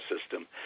system